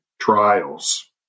trials